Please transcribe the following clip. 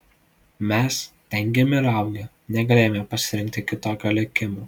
mes ten gimę ir augę negalėjome pasirinkti kitokio likimo